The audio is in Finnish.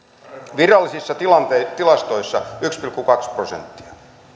virallisissa tilastoissa yksi pilkku kaksi prosenttia